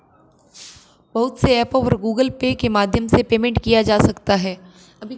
बहुत से ऐपों पर गूगल पे के माध्यम से पेमेंट किया जा सकता है